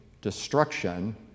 destruction